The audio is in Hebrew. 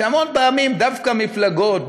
שהמון פעמים דווקא מפלגות,